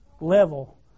level